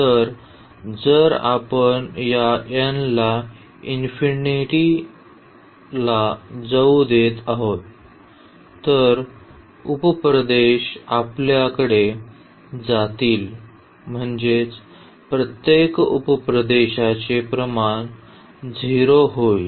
तर जर आपण या n ला इन्फिनिटी ला जाऊ देत आहोत तर उप प्रदेश आपल्याकडे जातील म्हणजेच प्रत्येक उप प्रदेशाचे प्रमाण 0 होईल